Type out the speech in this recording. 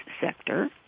sector